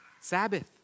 Sabbath